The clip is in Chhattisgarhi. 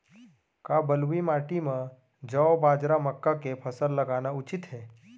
का बलुई माटी म जौ, बाजरा, मक्का के फसल लगाना उचित हे?